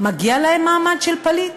מגיע להם מעמד של פליט?